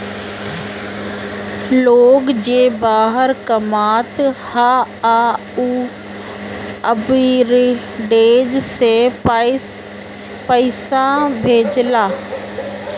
लोग जे बहरा कामत हअ उ आर्बिट्रेज से पईसा भेजेला